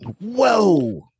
Whoa